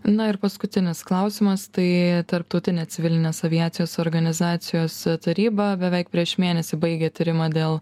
na ir paskutinis klausimas tai tarptautinė civilinės aviacijos organizacijos taryba beveik prieš mėnesį baigė tyrimą dėl